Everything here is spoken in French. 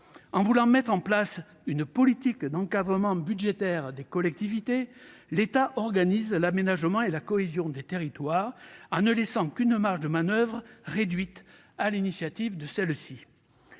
En voulant mettre en place une politique d'encadrement budgétaire des collectivités, l'État organise l'aménagement et la cohésion des territoires, en ne laissant à ces dernières qu'une marge de manoeuvre réduite. Dans l'instruction générale